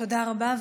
תודה רבה.